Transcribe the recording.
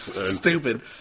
stupid